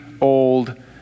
old